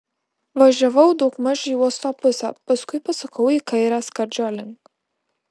važiavau daugmaž į uosto pusę paskui pasukau į kairę skardžio link